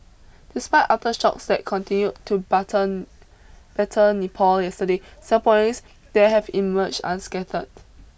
despite aftershocks that continued to button better Nepal yesterday Singaporeans there have emerged unscattered